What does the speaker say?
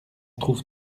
trouve